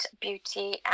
beauty